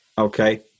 Okay